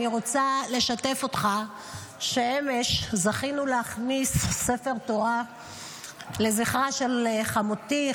אני רוצה לשתף אותך שאמש זכינו להכניס ספר תורה לזכרם של חמותי,